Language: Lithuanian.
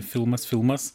filmas filmas